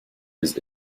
his